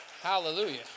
Hallelujah